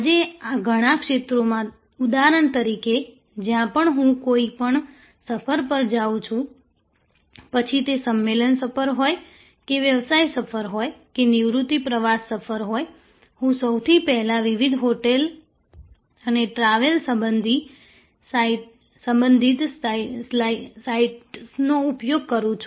આજે ઘણા ક્ષેત્રોમાં ઉદાહરણ તરીકે જ્યારે પણ હું કોઈપણ સફર પર જાઉં છું પછી તે સંમેલન સફર હોય કે વ્યવસાય સફર હોય કે નિવૃત્તિ પ્રવાસ સફર હોય હું સૌથી પહેલા વિવિધ હોટેલ અને ટ્રાવેલ સંબંધિત સાઇટ્સનો ઉપયોગ કરું છું